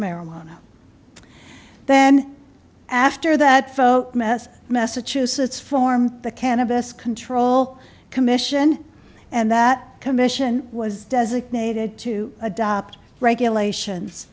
marijuana then after that mess massachusetts formed the cannabis control commission and that commission was designated to adopt regulations